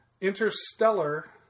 interstellar